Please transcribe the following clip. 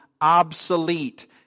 obsolete